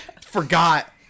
forgot